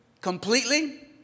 completely